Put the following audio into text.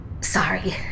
Sorry